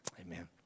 Amen